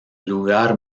lugar